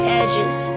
edges